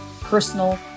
personal